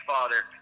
Father